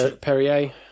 Perrier